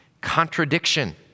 contradiction